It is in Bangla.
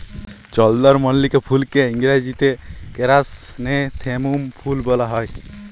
চলদরমল্লিকা ফুলকে ইংরাজিতে কেরাসনেথেমুম ফুল ব্যলা হ্যয়